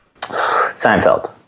Seinfeld